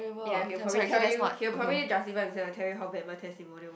ya he'll probably tell you he'll probably justify himself and tell you how bad my testimonial